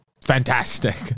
fantastic